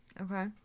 Okay